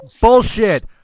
Bullshit